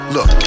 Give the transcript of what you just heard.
Look